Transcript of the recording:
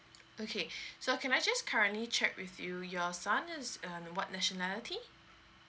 okay so can I just currently check with you your son is um what nationality